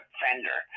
fender